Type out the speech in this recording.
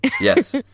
Yes